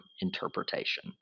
interpretation